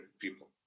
people